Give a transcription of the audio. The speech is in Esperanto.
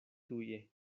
tuje